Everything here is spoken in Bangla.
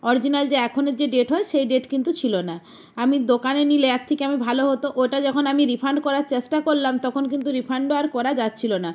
অরিজিনাল যে এখনের যে ডেট হয় সেই ডেট কিন্তু ছিলো না আমি দোকানে নিলে একদিকে আমি ভালো হতো ওটা যখন আমি রিফান্ড করার চেষ্টা করলাম তখন কিন্তু রিফান্ডও আর করা যাচ্ছিলো না